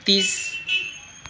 तिस